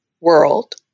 world